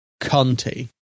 Conti